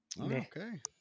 Okay